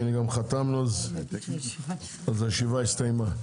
הנה גם חתמנו, הישיבה הסתיימה.